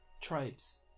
tribes